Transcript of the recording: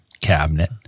cabinet